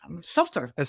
Software